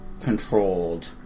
controlled